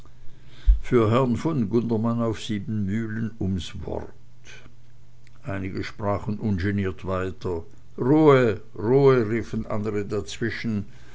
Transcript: für herrn von gundermann auf siebenmühlen ums wort einige sprachen ungeniert weiter ruhe ruhe riefen andre dazwischen